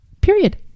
Period